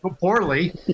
poorly